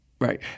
Right